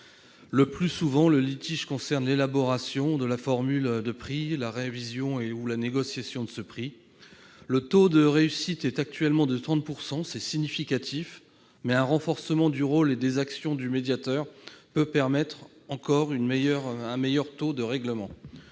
Le plus souvent, le litige concerne l'élaboration de la formule de prix, la révision ou la négociation de ce prix. Le taux de réussite de l'intervention est actuellement de 30 %, ce qui est significatif. Toutefois, un renforcement du rôle et des actions du médiateur pourrait permettre un meilleur taux de règlement.